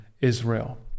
Israel